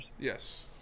Yes